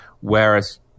Whereas